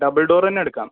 double door തന്നെ എടുക്കാം